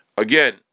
Again